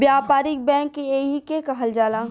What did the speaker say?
व्यापारिक बैंक एही के कहल जाला